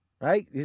Right